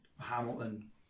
Hamilton